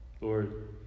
Lord